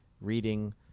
reading